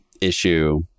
issue